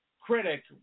critic